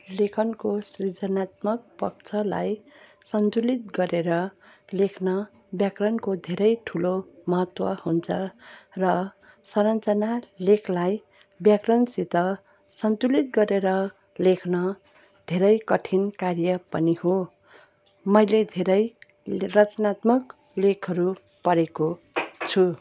लेखनको सृजनात्मक पक्षलाई सन्तुलित गरेर लेख्न व्याकरणको धेरै ठुलो महत्त्व हुन्छ र संरचना लेखलाई व्याकरणसित सन्तुलित गरेर लेख्न धेरै कठिन कार्य पनि हो मैले धेरै रचनात्मक लेखहरू पढेको छु